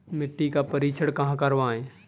मिट्टी का परीक्षण कहाँ करवाएँ?